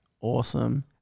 awesome